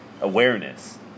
awareness